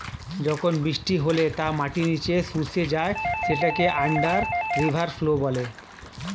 যখন বৃষ্টি হলে তা মাটির নিচে শুষে যায় সেটাকে আন্ডার রিভার ফ্লো বলে